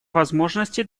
возможности